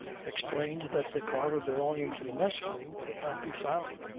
explained that the carver belonging to the mess room could not be found.